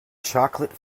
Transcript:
chocolate